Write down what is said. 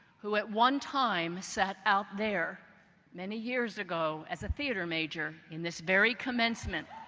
who at one time sat out there many years ago as a theater major in this very commencement